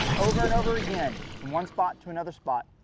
over and over again from one spot to another spot.